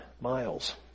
miles